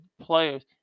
players